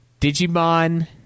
Digimon